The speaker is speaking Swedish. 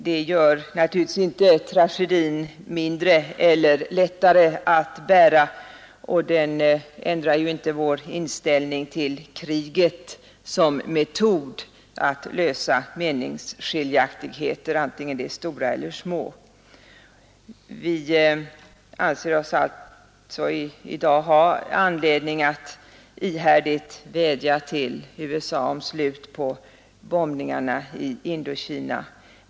Det gör naturligtvis inte tragedin mindre eller lättare att bära, och det ändrar självfallet inte vår inställning till kriget som metod att lösa meningsskiljaktigheter — stora eller små. Vi anser oss alltså i dag ha anledning att ihärdigt vädja till USA om slut på bombningarna i Indokina.